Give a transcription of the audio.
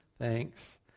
Thanks